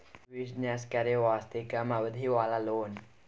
Business करे वास्ते कम अवधि वाला लोन?